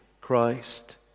Christ